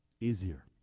easier